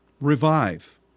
revive